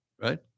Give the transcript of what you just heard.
right